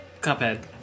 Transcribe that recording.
Cuphead